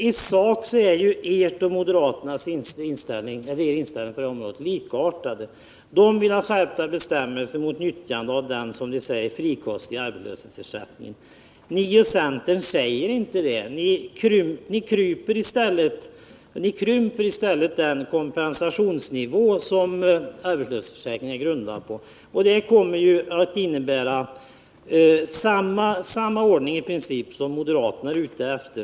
I sak är ju er och moderaternas inställning på detta område likartad; moderaterna vill ha skärpta bestämmelser mot nyttjandet av den som de säger frikostiga arbetslöshetsersättningen. Ni och centern säger inte det. Ni sänker i stället den kompensationsnivå som arbetslöshetsförsäkringen är grundad på. Det kommer att innebära i princip samma ordning som moderaterna är ute efter.